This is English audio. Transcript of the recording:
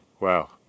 wow